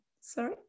Sorry